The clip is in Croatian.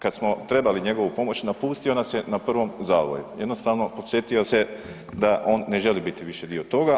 Kada smo trebali njegovu pomoć napustio nas je na prvom zavoju, jednostavno podsjetio se da on ne želi biti više dio toga.